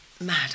mad